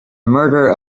murder